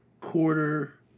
quarter